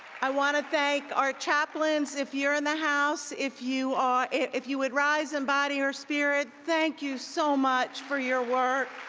i want to thank our chaplains, if you're in the house. if you if you would rise in body or spirit. thank you so much for your work.